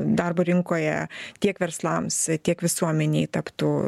darbo rinkoje tiek verslams tiek visuomenei taptų